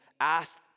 asked